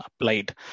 applied